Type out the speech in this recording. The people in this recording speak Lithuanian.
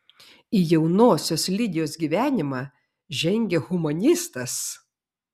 į jaunosios lidijos gyvenimą žengia humanistas